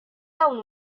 dawn